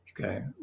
Okay